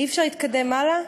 אי-אפשר להתקדם הלאה?